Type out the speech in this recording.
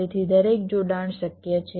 તેથી દરેક જોડાણ શક્ય છે